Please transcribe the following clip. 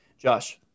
Josh